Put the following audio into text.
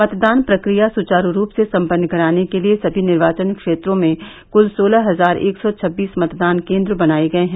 मतदान प्रक्रिया सुचारू रूप से सम्पन्न कराने के लिये सभी निर्वाचन क्षेत्रों में कुल सोलह हजार एक सौ छब्बीस मतदान केन्द्र बनाये गये हैं